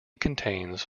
contains